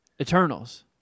Eternals